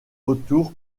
autour